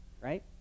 right